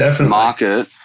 market